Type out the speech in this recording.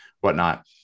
whatnot